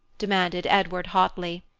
demanded edward hotly.